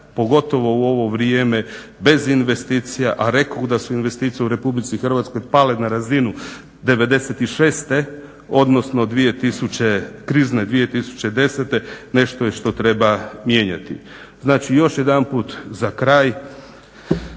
pogotovo u ovo vrijeme bez investicija, a rekoh da su investicije u RH pale na razinu '96. odnosno krizne 2010.nešto je što treba mijenjati. Još jedanput za kraj,